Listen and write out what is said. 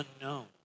unknown